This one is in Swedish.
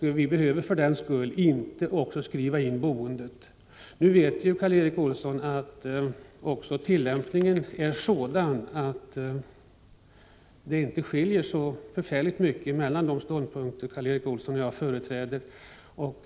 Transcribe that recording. Vi behöver för den skull inte skriva in också boendet. Karl Erik Olsson vet att tillämpningen är sådan att det inte skiljer så förfärligt mycket mellan de ståndpunkter som Karl Erik Olsson och jag företräder.